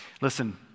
Listen